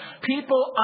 People